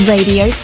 Radio